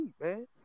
man